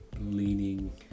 leaning